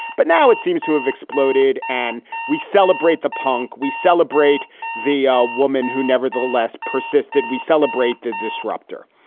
but now it seems to have exploded. and we celebrate the punk. we celebrate the woman who nevertheless persisted. we celebrate the disrupter.